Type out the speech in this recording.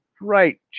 right